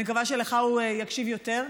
אני מקווה שלך הוא יקשיב יותר,